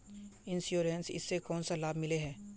Insurance इस से कोन सा लाभ मिले है?